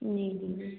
जी जी जी